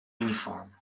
uniform